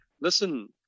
listen